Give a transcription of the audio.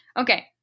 Okay